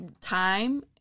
time